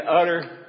utter